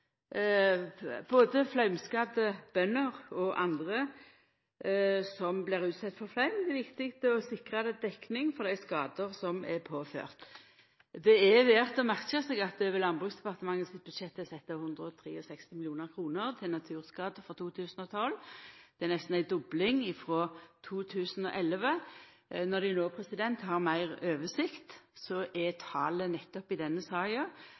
både flaumskadde bønder og andre som blir utsette for flaum, får dekning for dei skadane dei er påførte. Det er verdt å merka seg at det over Landbruksdepartementet sitt budsjett er sett av 163 mill. kr til naturskade for 2012. Det er nesten ei dobling frå 2011. Når ein no har meir oversikt, er talet nettopp i denne saka